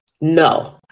no